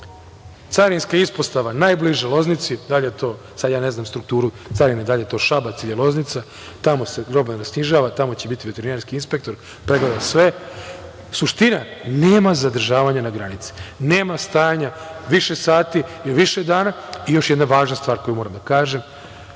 carinska ispostava najbliža Loznici, da li je to, sad, ja ne znam strukturu carine da li je Šabac ili Loznica, tamo se roba ne snižava, tamo će biti veterinarski inspektor, pregleda sve. Suština je da nema zadržavanja na granici, nema stajanja više sati, više dana. Još jedna važna stvar koju moram da kažem